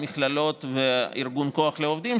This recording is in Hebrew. המכללות וארגון כוח לעובדים,